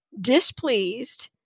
displeased